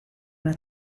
una